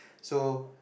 so